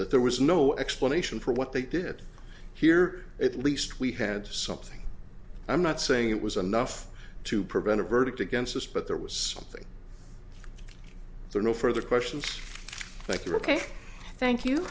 that there was no explanation for what they did here at least we had something i'm not saying it was enough to prevent a verdict against us but there was something there no further questions thank you ok thank you